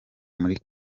muri